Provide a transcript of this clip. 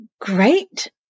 great